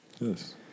Yes